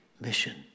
mission